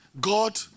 God